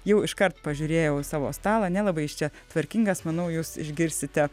jau iškart pažiūrėjau į savo stalą nelabai jis čia tvarkingas manau jūs išgirsite